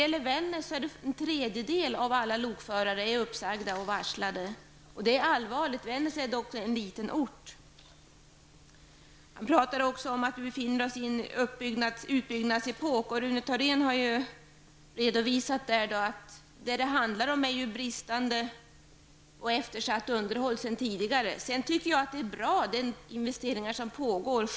I Vännäs är en tredjedel av alla lokförare varslade om uppsägning, och det är allvarligt. Vännäs är dock en liten ort. Kommunikationsministern talade också om att vi befinner oss i en utbyggnadsepok. Rune Thorén har redovisat att vad det handlar om är sedan tidigare eftersatt underhåll. De investeringar som pågår är bra.